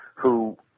who